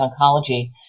Oncology